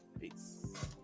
peace